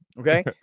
Okay